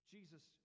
Jesus